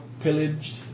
pillaged